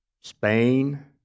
Spain